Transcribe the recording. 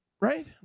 Right